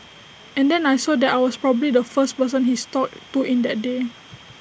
and then I saw that I was probably the first person he's talked to in that day